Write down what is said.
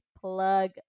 plug